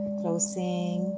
closing